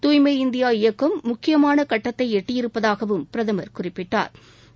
தூய்மை இந்தியா இயக்கம் முக்கியமான கட்டத்தை எட்டியிருப்பதாகவும் பிரதமா குறிப்பிட்டா்